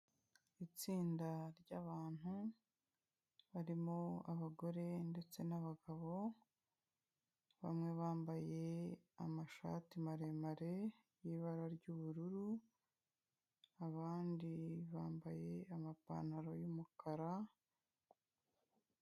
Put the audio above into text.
Itsinda ry'abantu barimo abagore ndetse n'abagabo, bamwe bambaye amashati maremare y'ibara ry'ubururu, abandi bambaye amapantaro y'umukara.